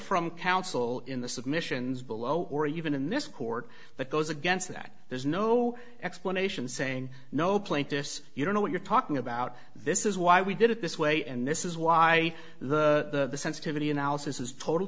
from counsel in the submissions below or even in this court that goes against that there's no explanation saying no plaintiffs you don't know what you're talking about this is why we did it this way and this is why the sensitivity analysis is totally